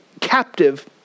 captive